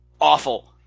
awful